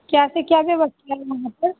क्या से क्या व्यवस्था है वहाँ पर